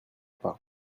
pas